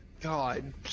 God